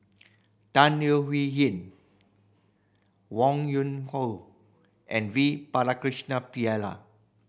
Tan Leo Wee Hin Wong Yoon Wah and V Pakirisamy Pillai